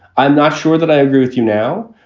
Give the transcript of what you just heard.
i'm not sure that i agree with you now.